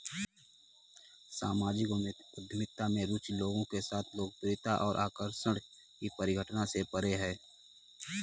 सामाजिक उद्यमिता में रुचि लोगों के साथ लोकप्रियता और आकर्षण की परिघटना से परे है